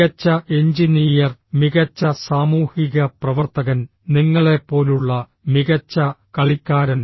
മികച്ച എഞ്ചിനീയർ മികച്ച സാമൂഹിക പ്രവർത്തകൻ നിങ്ങളെപ്പോലുള്ള മികച്ച കളിക്കാരൻ